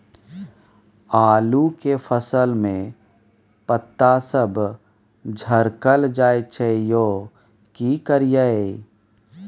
आलू के फसल में पता सब झरकल जाय छै यो की करियैई?